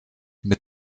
mit